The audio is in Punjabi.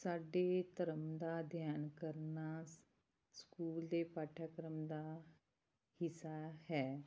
ਸਾਡੇ ਧਰਮ ਦਾ ਅਧਿਐਨ ਕਰਨਾ ਸ ਸਕੂਲ ਦੇ ਪਾਠਕ੍ਰਮ ਦਾ ਹਿੱਸਾ ਹੈ